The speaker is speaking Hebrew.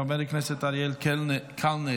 חבר הכנסת אריאל קלנר,